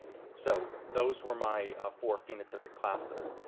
so those were my four phenotypic classes.